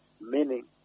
meaning